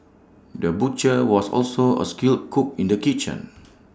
the butcher was also A skilled cook in the kitchen